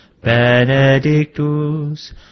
Benedictus